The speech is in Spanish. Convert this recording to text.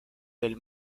del